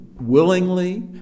willingly